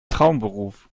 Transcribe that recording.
traumberuf